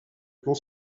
plan